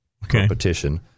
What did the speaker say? Competition